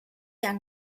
young